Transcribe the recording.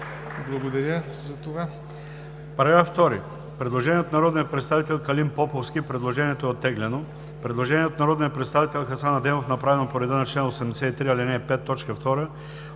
По § 2 има предложение от народния представител Калин Поповски – предложението е оттеглено. Предложение от народния представител Хасан Адемов, направено по реда на чл. 83, ал. 5, т.